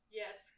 yes